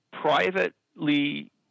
privately